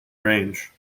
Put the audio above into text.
range